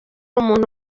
umuntu